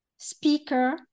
speaker